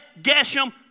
Geshem